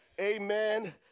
Amen